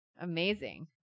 amazing